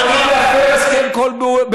אתם יכולים להפר כל הסכם בין-לאומי.